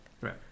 Right